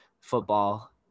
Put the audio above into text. football